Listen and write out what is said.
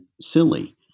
silly